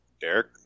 Derek